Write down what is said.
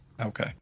Okay